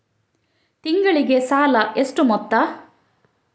ತಿಂಗಳಿಗೆ ಸಾಲ ಎಷ್ಟು ಮೊತ್ತ?